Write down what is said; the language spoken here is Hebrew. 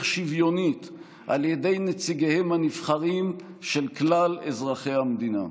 שוויונית על ידי נציגיהם הנבחרים של כלל אזרחי המדינה.